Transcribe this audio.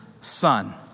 son